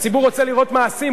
הציבור רוצה לראות מעשים,